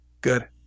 Good